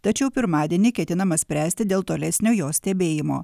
tačiau pirmadienį ketinama spręsti dėl tolesnio jo stebėjimo